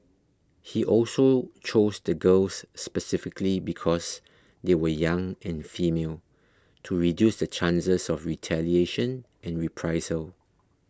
he also chose the girls specifically because they were young and female to reduce the chances of retaliation and reprisal